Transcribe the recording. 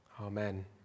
Amen